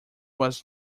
was